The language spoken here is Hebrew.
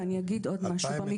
ואני אגיד עוד משהו.